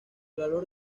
valor